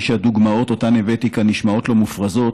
מי שהדוגמאות שאותן הבאתי כאן נשמעות לו מופרזות,